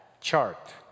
chart